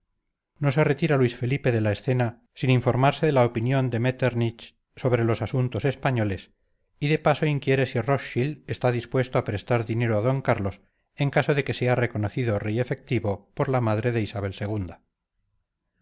no se retira luis felipe de la escena sin informarse de la opinión de metternich sobre los asuntos españoles y de paso inquiere si rostchild está dispuesto a prestar dinero a d carlos en caso de que sea reconocido rey efectivo por la madre de isabel